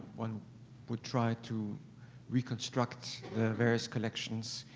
one would try to reconstruct their various collections,